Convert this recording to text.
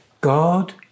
God